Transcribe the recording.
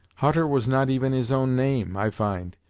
hutter was not even his own name, i find,